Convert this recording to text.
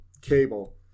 Cable